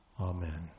Amen